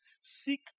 Seek